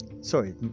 sorry